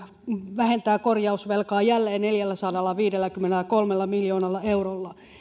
vähentää korjausvelkaa jälleen neljälläsadallaviidelläkymmenelläkolmella miljoonalla eurolla